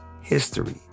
history